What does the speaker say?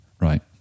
Right